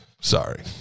Sorry